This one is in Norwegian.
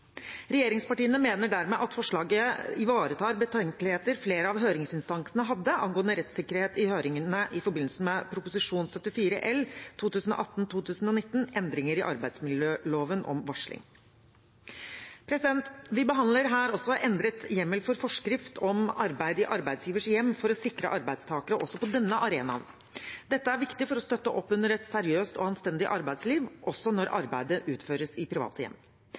Regjeringspartiene mener dermed at forslaget ivaretar betenkeligheter flere av høringsinstansene hadde angående rettssikkerhet i høringen i forbindelse med Prop. 74 L for 2018–2019, Endringer i arbeidsmiljøloven, om varsling. Vi behandler her også endret hjemmel for forskrift om arbeid i arbeidsgivers hjem for å sikre arbeidstakere også på denne arenaen. Dette er viktig for å støtte opp under et seriøst og anstendig arbeidsliv, også når arbeidet utføres i private hjem.